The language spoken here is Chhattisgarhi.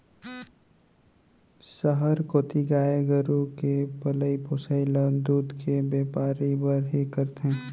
सहर कोती गाय गरू के पलई पोसई ल दूद के बैपार बर ही करथे